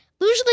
Usually